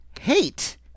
hate